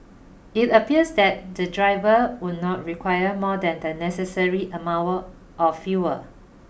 it appears that the driver would not require more than the necessary amount of fuel